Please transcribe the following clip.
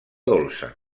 dolça